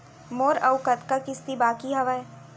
मोर अऊ कतका किसती बाकी हवय?